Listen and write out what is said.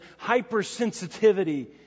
hypersensitivity